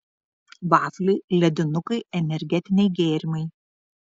vafliai ledinukai energetiniai gėrimai